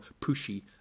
pushy